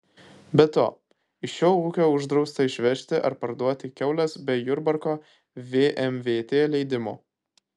be to iš šio ūkio uždrausta išvežti ar parduoti kiaules be jurbarko vmvt leidimo